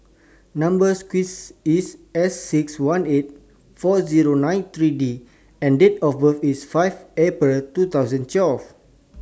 Number sequence IS S six one eight four Zero nine three D and Date of birth IS five April two thousand twelve